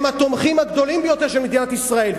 הם התומכים הגדולים ביותר של מדינת ישראל,